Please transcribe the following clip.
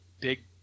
big